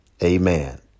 Amen